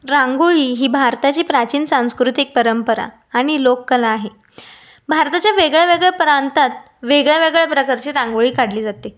रांगोळी ही भारताची प्राचीन सांस्कृतिक परंपरा आणि लोककला आहे भारताच्या वेगळ्या वेगळ्या प्रांतात वेगळ्या वेगळ्या प्रकारची रांगोळी काढली जाते